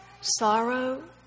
sorrow